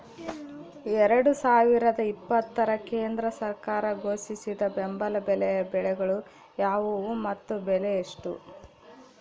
ಎರಡು ಸಾವಿರದ ಇಪ್ಪತ್ತರ ಕೇಂದ್ರ ಸರ್ಕಾರ ಘೋಷಿಸಿದ ಬೆಂಬಲ ಬೆಲೆಯ ಬೆಳೆಗಳು ಯಾವುವು ಮತ್ತು ಬೆಲೆ ಎಷ್ಟು?